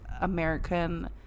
american